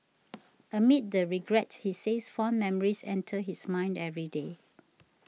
amid the regret he says fond memories enter his mind every day